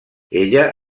ella